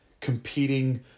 competing